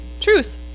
Truth